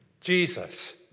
Jesus